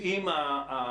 האם יודעים האנשים,